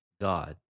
God